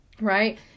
right